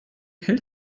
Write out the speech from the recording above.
hält